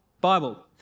Bible